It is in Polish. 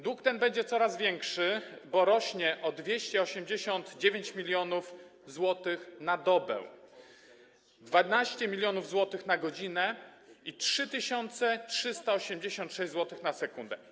Dług ten będzie coraz większy, bo rośnie o 289 mln zł na dobę, 12 mln zł na godzinę i 3386 zł na sekundę.